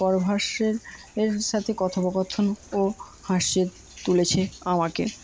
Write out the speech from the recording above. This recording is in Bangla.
করভাসের সাথে কথোপকথনও হাসিয়ে তুলেছে আমাকে